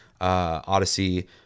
odyssey